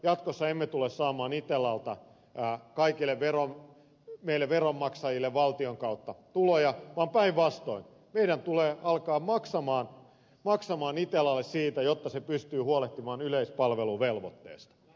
jatkossa emme tule saamaan itellalta kaikille meille veronmaksajille valtion kautta tuloja vaan päinvastoin meidän tulee alkaa maksaa itellalle siitä jotta se pystyy huolehtimaan yleispalveluvelvoitteesta